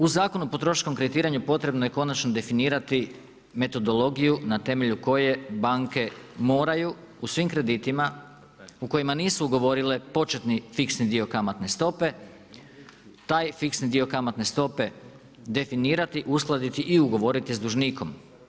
U Zakonu o potrošačkom kreditiranju, potrebno je konačno definirati metodologiju na temelju koje banke moraju u svim kreditima, u kojima nisu ugovorile početni fiksni dio kamatne stope, taj fiksni dio kamatne stope, definirati, uskladiti i ugovoriti s dužnikom.